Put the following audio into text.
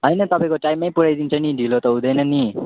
होइन तपाईँको टाइममै पुऱ्याइदिन्छ नि ढिलो त हुँदैन नि